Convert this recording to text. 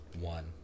one